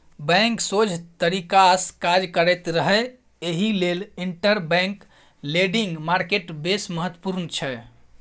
bank सोझ तरीकासँ काज करैत रहय एहि लेल इंटरबैंक लेंडिंग मार्केट बेस महत्वपूर्ण छै